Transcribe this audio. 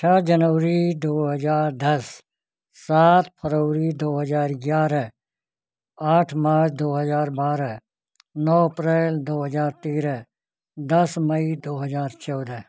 सात जनउरी दो हज़ार दस सात फरउरी दो हज़ार ग्यारह आठ मार्च दो हज़ार बारह नौ अप्रैल दो हज़ार तेरह दस मई दो हज़ार चौदह